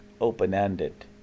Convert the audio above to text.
open-ended